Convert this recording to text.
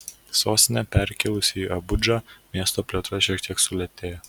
sostinę perkėlus į abudžą miesto plėtra šiek tiek sulėtėjo